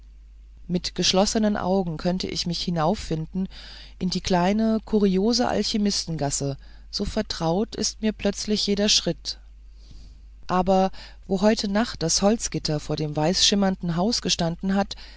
mit geschlossenen augen könnte ich mich hinauffinden in die kleine kuriose alchimistengasse so vertraut ist mir plötzlich jeder schritt aber wo heute nacht das holzgitter vor dem weißschimmernden haus gestanden hat